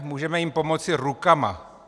Můžeme jim pomoci rukama.